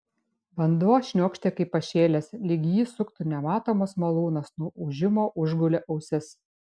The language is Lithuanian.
vanduo šniokštė kaip pašėlęs lyg jį suktų nematomas malūnas nuo ūžimo užgulė ausis